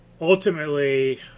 ultimately